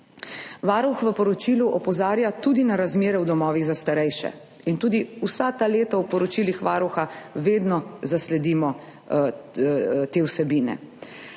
Varuh v poročilu opozarja tudi na razmere v domovih za starejše in tudi vsa ta leta v poročilih Varuha vedno zasledimo te vsebine.